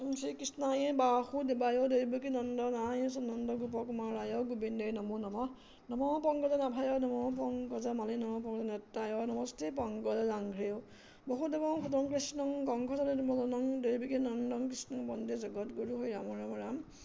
শ্ৰী কৃষ্ণায় বা বাশুদেৱায়ো দেৱিকী নন্দন আই চন্দ গোপৰ কুমাৰ ৰায়ায় গোবিন দেৱ নমু নৱ নৱ পংগজ নাভায় নমহ পংগজা মালি নৱ প্ৰজনা নেতায় নমস্ৰী পংগল লাংঘ বহুদেৱ সুতম কৃষ্ণ গংসনেম জং দেৱেশী নন্দং কৃষ্ণ বন্দিৰ জগত গুৰু হৈ ৰাম ৰাম ৰাম